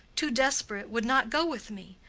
too desperate, would not go with me,